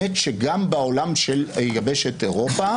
קודם כול בעולם של יבשת אירופה